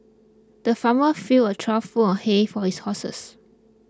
the farmer filled a trough full of hay for his horses